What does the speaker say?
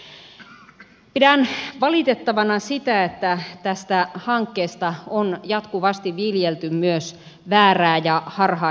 pidän valitettavana sitä että tästä hankkeesta on jatkuvasti viljelty myös väärää ja harhaanjohtavaa tietoa